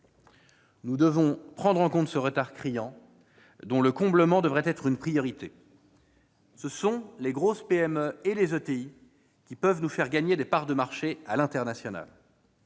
Nous devons prendre en compte ce retard criant, dont le comblement devrait être une priorité. Ce sont les grosses PME et les ETI qui peuvent nous faire gagner des parts de marché à l'international.